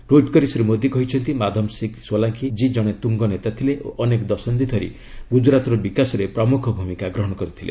tweet କରି ଶ୍ରୀ ମୋଦି କହିଛନ୍ତି ମାଧବସିଂ ସୋଲାଙ୍କି ଜୀ ଜଣେ ତୁଙ୍ଗ ନେତା ଥିଲେ ଓ ଅନେକ ଦଶନ୍ଧି ଧରି ଗ୍ରଜରାତ୍ର ବିକାଶରେ ପ୍ରମୁଖ ଭୂମିକା ଗ୍ରହଣ କରିଥିଲେ